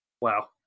Wow